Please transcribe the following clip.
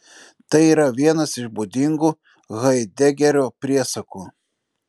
tai yra vienas iš būdingų haidegerio priesakų